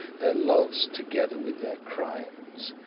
their loves together with their crimes,